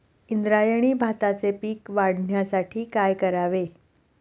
इंद्रायणी भाताचे पीक वाढण्यासाठी काय करावे?